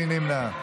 מי נמנע?